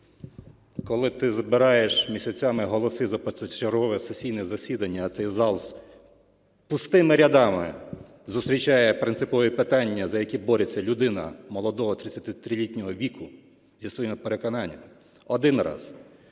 Коли ти збираєш місяцями голоси за позачергове сесійне засідання, а цей зал із пустими рядами зустрічає принципові питання, за які бореться людина молодого 33-річного віку зі своїми переконаннями, один раз.